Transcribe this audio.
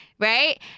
Right